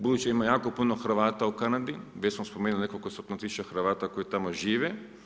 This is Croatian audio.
Budući da ima jako puno Hrvata u Kanadi, gdje smo spomenuli nekoliko stotinu tisuća Hrvata koji tamo žive.